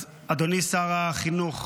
אז אדוני שר החינוך,